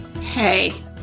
Hey